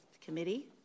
committee